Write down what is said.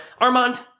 Armand